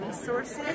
resources